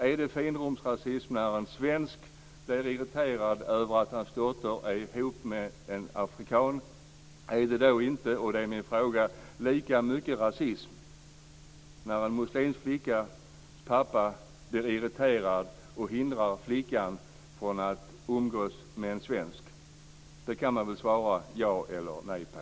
Är det finrumsrasism när en svensk blir irriterad över att hans dotter är ihop med en afrikan? Är det i så fall inte lika mycket rasism när en muslimsk flickas pappa blir irriterad och hindrar flickan från att umgås med en svensk? Den frågan kan man väl svara ja eller nej på.